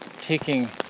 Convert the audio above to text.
taking